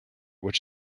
which